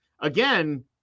Again